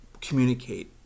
communicate